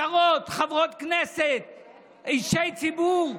שרות, חברות כנסת, אישי ציבור.